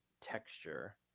texture